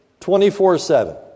24-7